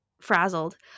frazzled